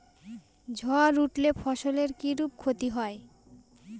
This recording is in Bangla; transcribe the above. ঝড় উঠলে ফসলের কিরূপ ক্ষতি হয়?